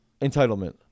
entitlement